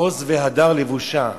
"עוז והדר לבושה"